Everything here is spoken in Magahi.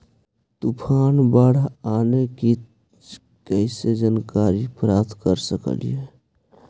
तूफान, बाढ़ आने की कैसे जानकारी प्राप्त कर सकेली?